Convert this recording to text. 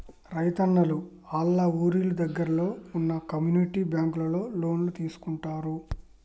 రైతున్నలు ఆళ్ళ ఊరి దగ్గరలో వున్న కమ్యూనిటీ బ్యాంకులలో లోన్లు తీసుకుంటారు